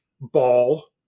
ball